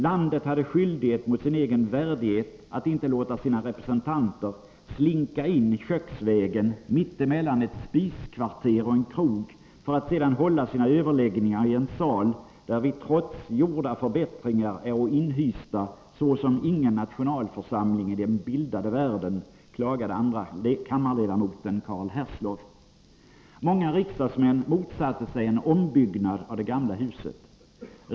Landet hade skyldighet mot sin egen värdighet att inte låta sina representanter ”slinka in köksvägen, mitt emellan ett spiskvarter och en krog, för att sedan hålla sina överläggningar i en sal, där vi trots gjorda förbättringar äro inhysta som ingen nationalförsamling i den bildade världen”, klagade andrakammarledamoten Carl Herslow. Många riksdagsmän motsatte sig en ombyggnad av det gamla huset.